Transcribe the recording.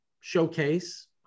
showcase